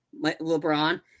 LeBron